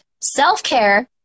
Self-care